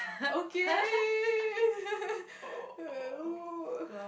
okay